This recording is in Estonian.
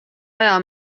aja